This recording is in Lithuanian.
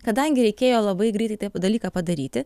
kadangi reikėjo labai greitai taip dalyką padaryti